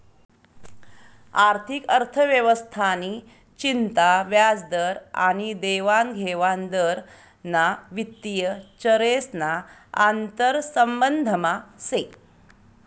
आर्थिक अर्थव्यवस्था नि चिंता व्याजदर आनी देवानघेवान दर ना वित्तीय चरेस ना आंतरसंबंधमा से